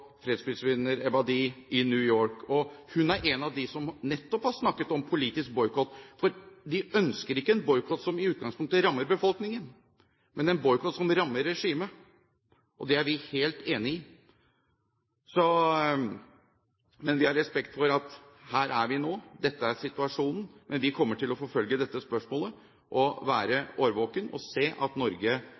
fredsprisvinner Ebadi i New York. Hun er en av dem som nettopp har snakket om politisk boikott. For de ønsker ikke en boikott som i utgangspunktet rammer befolkningen, men en boikott som rammer regimet, og det er vi helt enig i. Vi har respekt for at her er vi nå, dette er situasjonen, men vi kommer til å forfølge spørsmålet, være årvåkne og se til at Norge